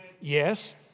yes